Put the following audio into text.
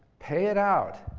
pay it out.